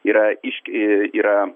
yra iški yra